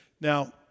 Now